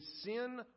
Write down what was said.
sin